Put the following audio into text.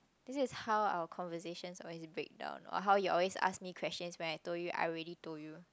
is this how our conversation always break down or how you always ask me question when I told you I already told you